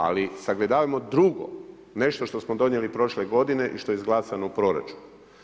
Ali, sagledavajmo drugo nešto što smo donijeli prošle godine i što je izglasano u proračunu.